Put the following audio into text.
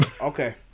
Okay